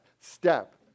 step